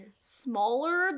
smaller